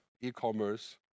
e-commerce